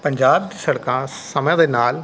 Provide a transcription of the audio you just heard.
ਪੰਜਾਬ ਦੀ ਸੜਕਾਂ ਸਮੇਂ ਦੇ ਨਾਲ